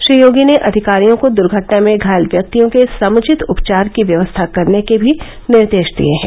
श्री योगी ने अधिकारियों को दुर्घटना में घायल व्यक्तियों के समुचित उपचार की व्यवस्था करने के भी निर्देश दिए हैं